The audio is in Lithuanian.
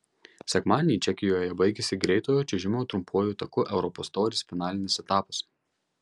sekmadienį čekijoje baigėsi greitojo čiuožimo trumpuoju taku europos taurės finalinis etapas